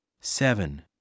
seven